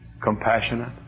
compassionate